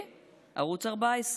וערוץ 14,